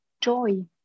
joy